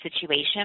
situation